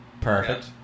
Perfect